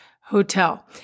hotel